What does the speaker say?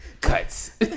Cuts